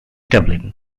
dublin